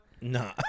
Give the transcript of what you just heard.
Nah